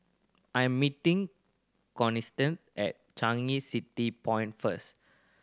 I am meeting Constantine at Changi City Point first